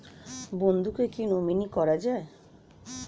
বন্ধুকে কী নমিনি করা যায়?